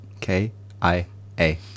K-I-A